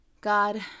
God